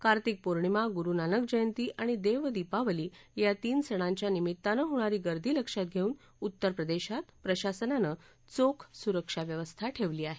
कार्तिक पौर्णिमा गुरूनानक जयंती आणि देव दिपावली या तीन सणांच्या निमित्तानं होणारी गर्दी लक्षात घेऊन उत्तर प्रदेशात प्रशासनानं चोख सुरक्षाव्यवस्था ठेवली आहे